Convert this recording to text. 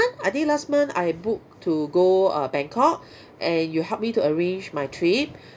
I think last month I book to go uh bangkok and you help me to arrange my trip